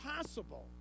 possible